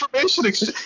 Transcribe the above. information